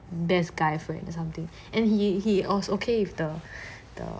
best guy friend or something and he he was okay with the the